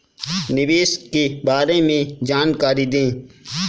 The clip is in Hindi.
निवेश के बारे में जानकारी दें?